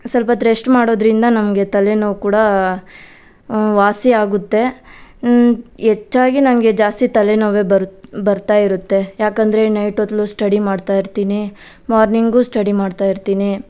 ಸಲ್ಪೊತ್ತು rest ಮಾಡೋದ್ರಿಂದ ನಮಗೆ ತಲೆನೋವು ಕೂಡ ವಾಸಿಯಾಗುತ್ತೆ ಹೆಚ್ಚಾಗಿ ನನಗೆ ಜಾಸ್ತಿ ತಲೆನೋವೇ ಬರುತ್ತೆ ಬರ್ತಾಯಿರುತ್ತೆ ಯಾಕಂದರೆ ನೈಟ್ ಹೊತ್ತು ಸ್ಟಡಿ ಮಾಡ್ತಾ ಇರ್ತೀನಿ ಮಾರ್ನಿಂಗೂ ಸ್ಟಡಿ ಮಾಡ್ತಾ ಇರ್ತೀನಿ